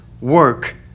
work